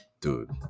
dude